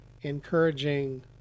encouraging